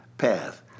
path